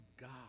God